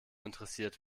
interessiert